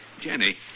Jenny